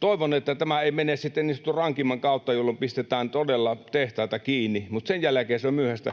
Toivon, että tämä ei mene sitten niin sanotusti rankimman kautta, jolloin pistetään todella tehtaita kiinni. Sen jälkeen se on myöhäistä.